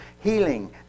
Healing